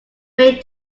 made